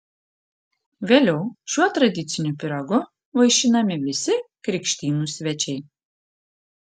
vėliau šiuo tradiciniu pyragu vaišinami visi krikštynų svečiai